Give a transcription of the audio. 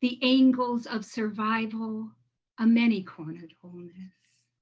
the angles of survival a many-cornered wholeness.